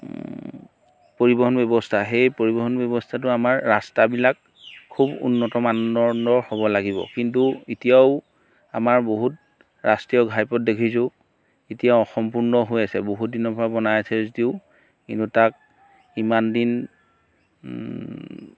পৰিবহণ ব্যৱস্থা সেই পৰিবহণ ব্যৱস্থাটোত আমাৰ ৰাস্তাবিলাক খুব উন্নত মানদণ্ডৰ হ'ব লাগিব কিন্তু এতিয়াও আমাৰ বহুত ৰাষ্ট্ৰীয় ঘাইপথ দেখিছোঁ এতিয়া অসম্পূৰ্ণ হৈ আছে বহুত দিনৰ পৰা বনাই আছে যদিও কিন্তু তাক ইমান দিন